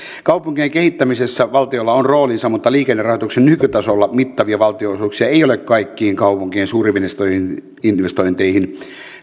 kaupunkien kehittämisessä valtiolla on roolinsa mutta liikennerahoituksen nykytasolla mittavia valtionosuuksia ei ole kaikkiin kaupunkien suurinvestointeihin